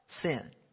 sin